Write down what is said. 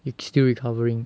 you still recovering